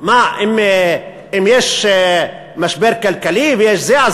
אם יש משבר כלכלי ויש זה,